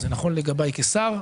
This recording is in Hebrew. זה נכון לגביי כשר,